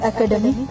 Academy